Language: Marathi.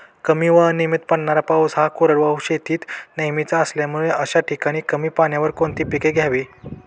कमी व अनियमित पडणारा पाऊस हा कोरडवाहू शेतीत नेहमीचा असल्यामुळे अशा ठिकाणी कमी पाण्यावर कोणती पिके घ्यावी?